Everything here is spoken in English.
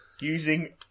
using